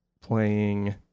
playing